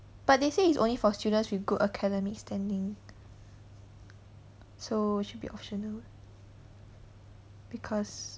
but they say it's only for students with good academic standing so should be optional because